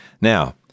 Now